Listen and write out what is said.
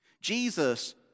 Jesus